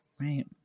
Right